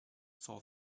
saw